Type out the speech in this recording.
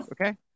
Okay